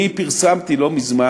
אני פרסמתי לא מזמן,